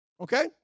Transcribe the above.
Okay